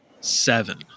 seven